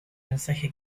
mensaje